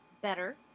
better